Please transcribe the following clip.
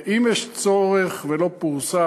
אם יש צורך ולא פורסם,